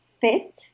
fit